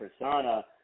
persona